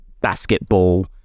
basketball